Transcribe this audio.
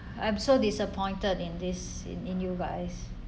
I'm so disappointed in this in in you guys